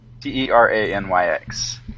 T-E-R-A-N-Y-X